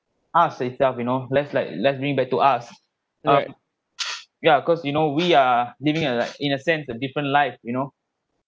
us itself you know let's like let's bring back to us um yeah of course you know we are living in like in a sense of different life you know